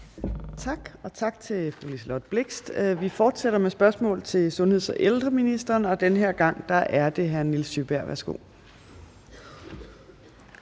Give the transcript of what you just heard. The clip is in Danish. Tak. Og tak til fru Liselott Blixt. Vi fortsætter med et spørgsmål til sundheds- og ældreministeren, og den her gang er det fra hr. Nils Sjøberg.